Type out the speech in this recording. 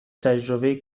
تجربه